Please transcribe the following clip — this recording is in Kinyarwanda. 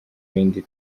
ibindi